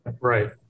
Right